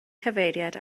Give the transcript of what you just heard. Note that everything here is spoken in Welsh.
cyfeiriad